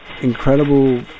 incredible